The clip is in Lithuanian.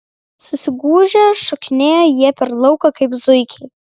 susigūžę šokinėjo jie per lauką kaip zuikiai